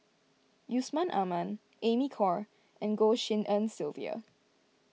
Yusman Aman Amy Khor and Goh Tshin En Sylvia